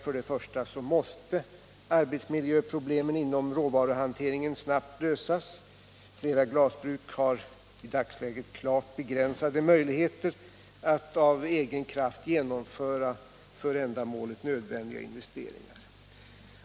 För det första måste arbetsmiljöproblemen inom råvaruhanteringen snabbt lösas. Flera glasbruk har i dagsläget klart begränsade möjligheter att av egen kraft genomföra för ändamålet nödvändiga investeringar.